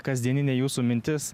kasdieninė jūsų mintis